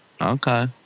Okay